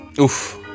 Oof